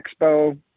expo